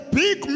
big